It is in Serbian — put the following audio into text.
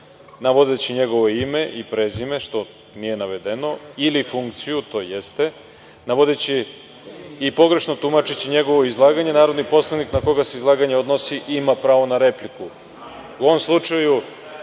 navodeći njegovo ime i prezime, što nije navedeno, ili funkciju, to jeste, navodeći i pogrešno tumačeći njegovo izlaganje, narodni poslanik na koga se izlaganje odnosi ima pravo na repliku.U ovom slučaju